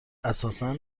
اساسا